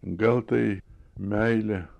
gal tai meilė